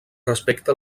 respecte